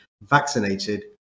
vaccinated